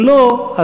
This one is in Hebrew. אם לא,